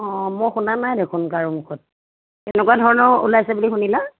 অ' মই শুনা নাই দেখোন কাৰো মুখত কেনেকুৱা ধৰণৰ ওলাইছে বুলি শুনিলা